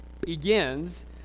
begins